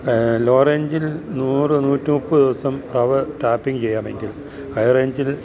law റേഞ്ചിൽ നൂറ് നൂറ്റി മുപ്പത് ദിവസം ടാപ്പിംഗ് ചെയ്യാമെങ്കിൽ ഹൈ റേഞ്ചിൽ